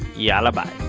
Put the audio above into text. yalla bye